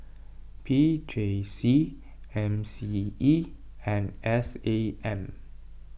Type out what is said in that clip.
P J C M C E and S A M